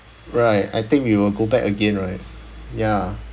right I think we will go back again right ya